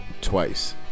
twice